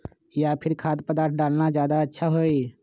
या फिर खाद्य पदार्थ डालना ज्यादा अच्छा होई?